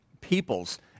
peoples